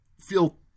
feel